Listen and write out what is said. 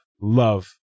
love